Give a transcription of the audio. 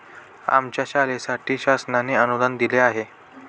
आमच्या शाळेसाठी शासनाने अनुदान दिले आहे